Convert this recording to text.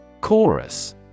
Chorus